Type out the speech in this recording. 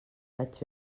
vaig